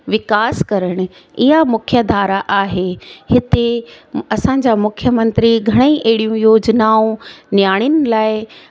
विकास करणु इहा मुख्य धारा आहे हिते असांजा मुख्य मंत्री घणेई अहिड़ियूं योजनाऊं नियाणियुनि लाइ